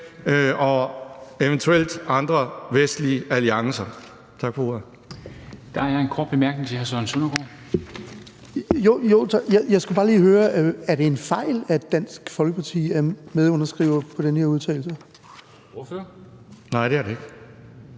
og eventuelt andre vestlige allierede.